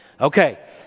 Okay